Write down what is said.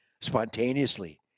spontaneously